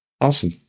Awesome